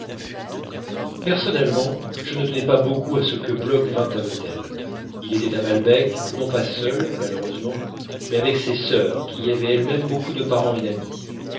personnellement je ne tenais pas beaucoup à ce que bloch vînt à l'hôtel il était à balbec non pas seul malheureusement mais avec ses sœurs qui y avaient elles-mêmes beaucoup de parents et d'amis